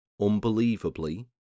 Unbelievably